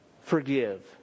forgive